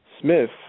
Smith